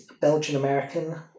Belgian-American